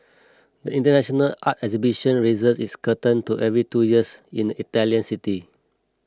the international art exhibition raises its curtain to every two years in the Italian city